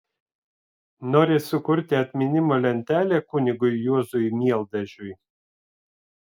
nori sukurti atminimo lentelę kunigui juozui mieldažiui